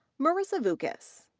marisa vukas.